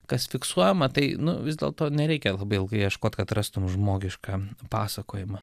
kas fiksuojama tai nu vis dėlto nereikia labai ilgai ieškot kad rastum žmogišką pasakojimą